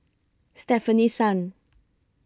Stefanie Sun